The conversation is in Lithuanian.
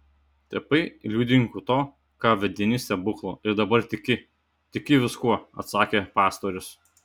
tapai liudininku to ką vadini stebuklu ir dabar tiki tiki viskuo atsakė pastorius